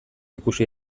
ikusi